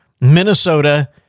Minnesota